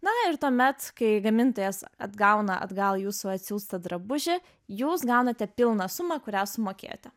na ir tuomet kai gamintojas atgauna atgal jūsų atsiųstą drabužį jūs gaunate pilną sumą kurią sumokėjote